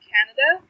Canada